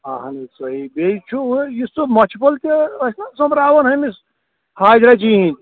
اَہن حظ صحیح بیٚیہِ چُھ یُس سُہ مچھ بلہٕ تہِ أسۍ نا سوٚنٛبراوان أمِس حاجرا جی ہٕنٛدۍ